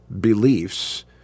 beliefs